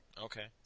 Okay